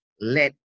let